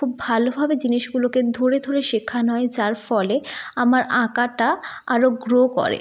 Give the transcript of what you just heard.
খুব ভালোভাবে জিনিসগুলোকে ধরে ধরে শেখানো হয় যার ফলে আমার আঁকাটা আরও গ্রো করে